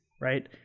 right